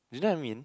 do you know I mean